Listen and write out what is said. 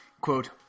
quote